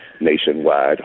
nationwide